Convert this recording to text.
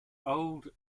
old